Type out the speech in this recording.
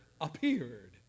appeared